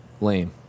lame